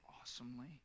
awesomely